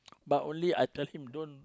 but only I tell him don't